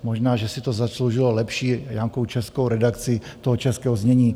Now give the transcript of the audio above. Možná, že si to zasloužilo lepší nějakou českou redakci toho českého znění.